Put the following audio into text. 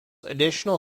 additional